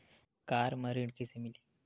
Car म ऋण कइसे मिलही?